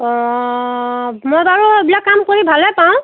অ' মই বাৰু এইবিলাক কাম কৰি ভালে পাওঁ